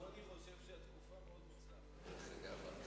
אני חושב שזו תקופה מאוד מוצלחת, אגב.